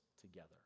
together